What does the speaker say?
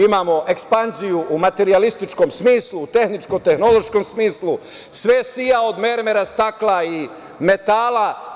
Imamo ekspanziju u materijalističkom smislu, u tehničko-tehnološkom smislu, sve sija od mermera, stakla i metala.